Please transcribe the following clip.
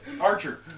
Archer